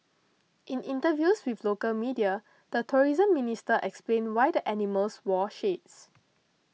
in interviews with local media the tourism minister explained why the animals wore shades